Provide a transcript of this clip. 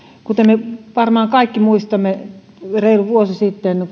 kuten me kaikki varmaan muistamme reilu vuosi sitten